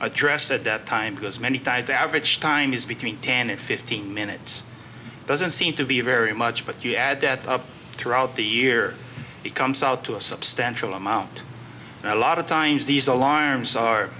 addressed at that time because many tied to average time is between ten and fifteen minutes doesn't seem to be very much but you add that throughout the year it comes out to a substantial amount a lot of times these alarms are